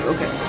Okay